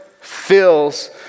fills